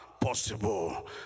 possible